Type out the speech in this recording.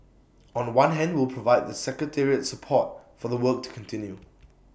on one hand we'll provide the secretariat support for the work to continue